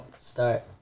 start